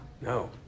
No